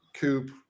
coupe